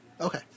Okay